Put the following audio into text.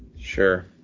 Sure